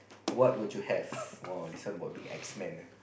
what would you have !wah! this one would be X-Men ah